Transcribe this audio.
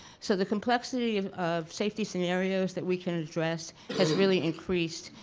so the complexity of of safety scenarios that we can address has really increased.